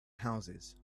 houses